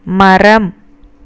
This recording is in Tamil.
மரம்